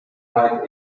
wife